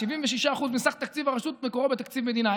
76% מסך תקציב הרשות מקורו בתקציב מדינה.